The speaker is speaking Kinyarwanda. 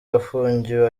afungiwe